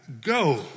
go